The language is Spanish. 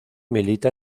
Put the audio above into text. milita